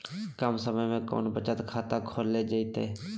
कम समय में कौन बचत खाता खोले जयते?